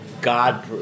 God